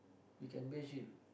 you can bash it